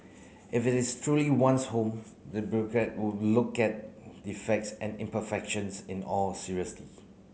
if it is truly one's home the would look at defects and imperfections in all seriously